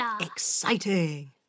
Exciting